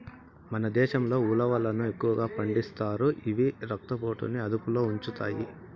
మన దేశంలో ఉలవలను ఎక్కువగా పండిస్తారు, ఇవి రక్త పోటుని అదుపులో ఉంచుతాయి